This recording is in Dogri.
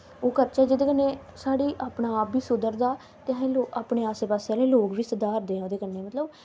ओह् करचै जेह्दे कन्नै साढ़ा अपना आप बी सुधरदा ते असैं अपने आस्सै पास्से आह्ले लोग बी सधारदे ऐं ओह् दे कन्नै मतलव